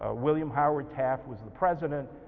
ah william howard taft was the president.